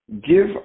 give